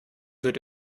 wird